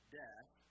death